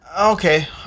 Okay